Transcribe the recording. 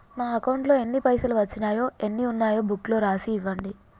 నా అకౌంట్లో ఎన్ని పైసలు వచ్చినాయో ఎన్ని ఉన్నాయో బుక్ లో రాసి ఇవ్వండి?